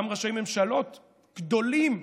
גם ראשי ממשלות גדולים,